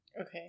Okay